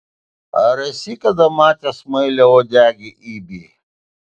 ar esi kada matęs smailiauodegį ibį